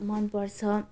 मनपर्छ